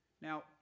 Now